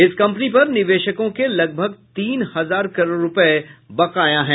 इस कंपनी पर निवेशकों के लगभग तीन हजार करोड़ रूपये बकाया है